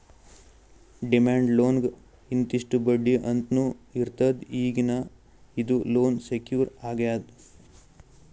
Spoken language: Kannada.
ಡಿಮ್ಯಾಂಡ್ ಲೋನ್ಗ್ ಇಂತಿಷ್ಟ್ ಬಡ್ಡಿ ಅಂತ್ನೂ ಇರ್ತದ್ ಈಗೀಗ ಇದು ಲೋನ್ ಸೆಕ್ಯೂರ್ ಆಗ್ಯಾದ್